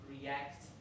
React